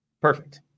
Perfect